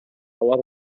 алар